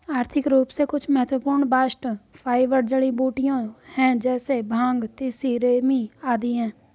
आर्थिक रूप से कुछ महत्वपूर्ण बास्ट फाइबर जड़ीबूटियां है जैसे भांग, तिसी, रेमी आदि है